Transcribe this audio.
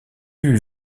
eût